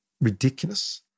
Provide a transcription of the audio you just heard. ridiculous